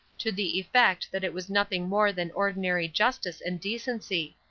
to the effect that it was nothing more than ordinary justice and decency.